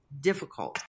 difficult